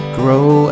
grow